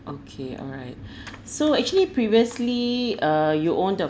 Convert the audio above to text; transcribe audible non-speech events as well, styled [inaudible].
okay alright [breath] so actually previously uh you own the